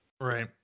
Right